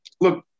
Look